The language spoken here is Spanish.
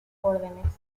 órdenes